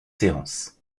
séances